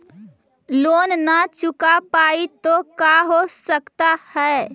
Loan न चुका पाई तो का हो सकता है?